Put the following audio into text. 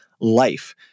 life